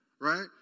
Right